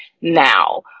now